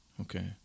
Okay